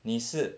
你是